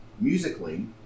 musically